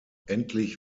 endlich